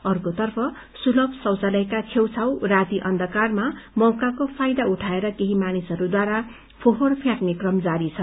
अर्कोतर्फ सुलभ शौचालयका छेउछाउ राती अन्धकारको मौकाको फायदा उठाएर केही मानिसहरूद्वारा फोहोर फ्याँक्ने क्रम जारी छ